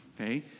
Okay